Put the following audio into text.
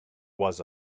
was